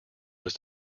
was